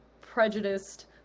prejudiced